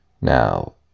Now